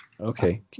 okay